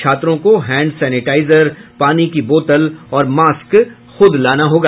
छात्रों को hand sanitizer पानी की बोतल और मास्क खुद लाना होगा